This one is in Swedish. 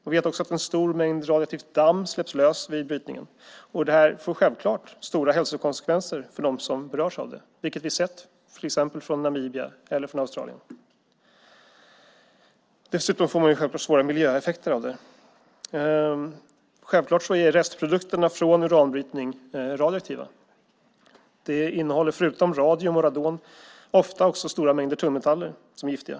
Vi vet också att en stor mängd radioaktivt damm släpps loss vid brytningen. Det här får självklart stora hälsokonsekvenser för dem som berörs av det, vilket vi sett exempel på från Namibia eller från Australien. Dessutom får man självklart svåra miljöeffekter av detta. Självklart är restprodukterna från uranbrytning radioaktiva. De innehåller förutom radium och radon ofta också stora mängder tungmetaller som är giftiga.